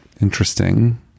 interesting